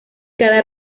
cada